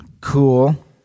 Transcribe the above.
Cool